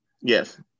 Yes